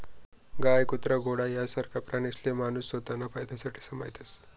गाय, कुत्रा, घोडा यासारखा प्राणीसले माणूस स्वताना फायदासाठे संभायस